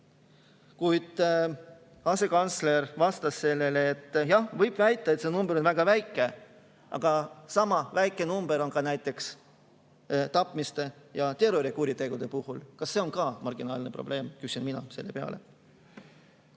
arv. Asekantsler vastas sellele, et jah, võib väita, et see number on väga väike, aga sama väike number on ka näiteks tapmiste ja terrorikuritegude puhul. Kas see on ka marginaalne probleem, küsin mina selle peale.